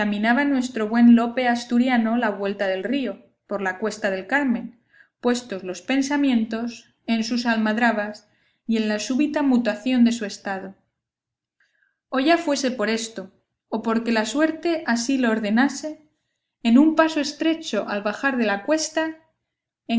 nuestro buen lope asturiano la vuelta del río por la cuesta del carmen puestos los pensamientos en sus almadrabas y en la súbita mutación de su estado o ya fuese por esto o porque la suerte así lo ordenase en un paso estrecho al bajar de la cuesta